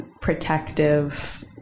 protective